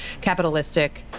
capitalistic